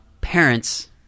parents